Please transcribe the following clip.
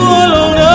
alone